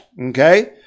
Okay